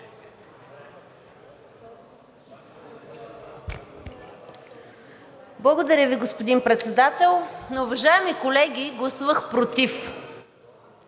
Благодаря Ви, господин Председател. Уважаеми колеги, гласувах против